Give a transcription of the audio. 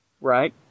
Right